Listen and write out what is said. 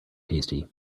tasty